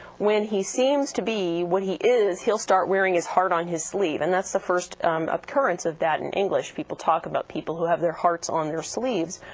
when he seems to be what he is he'll start wearing his heart on his sleeve, and that's the first occurrence of that in english people talk about people who have their hearts on their sleeves.